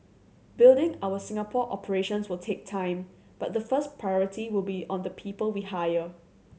building our Singapore operations will take time but the first priority will be on the people we hire